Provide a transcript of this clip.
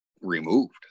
removed